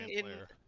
player